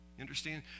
understand